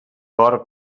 cor